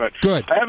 Good